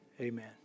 Amen